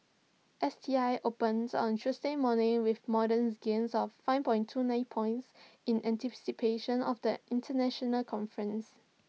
S T I opened on Tuesday morning with modest gains of five point two nine points in anticipation of the International conference